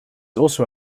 also